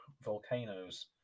volcanoes